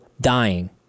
dying